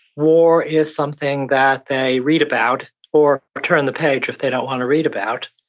war is something that they read about, or or turn the page if they don't want to read about.